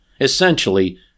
Essentially